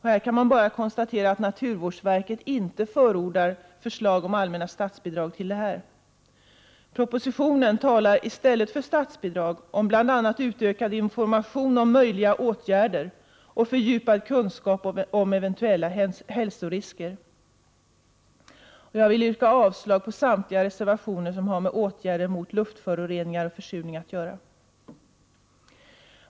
Här kan man bara konstatera att naturvårdsverket inte förordar förslag om allmänna statsbidrag till detta ändamål. Propositionen talar om -— i stället för statsbidrag — bl.a. utökad information om möjliga åtgärder och fördjupad kunskap om eventuella hälsorisker. Jag yrkar avslag på samtliga reservationer som har med åtgärder mot luftföroreningar och försurning att göra.